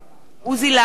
עוזי לנדאו,